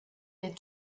les